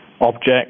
object